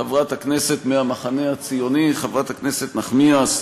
חברת הכנסת מהמחנה הציוני, חברת הכנסת נחמיאס,